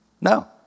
no